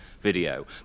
video